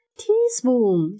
teaspoon